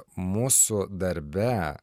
mūsų darbe